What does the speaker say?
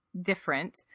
different